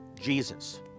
Jesus